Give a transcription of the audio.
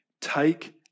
take